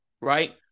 right